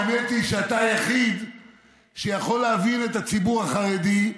האמת היא שאתה היחיד שיכול להבין את הציבור החרדי,